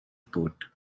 port